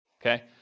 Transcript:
Okay